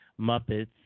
Muppets